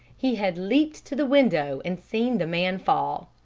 he had leaped to the window and seen the man fall.